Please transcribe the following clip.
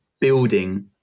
building